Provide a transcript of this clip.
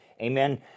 Amen